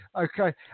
Okay